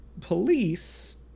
police